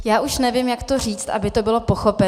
Já už nevím, jak to říct, aby to bylo pochopeno.